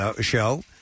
show